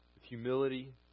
humility